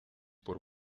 por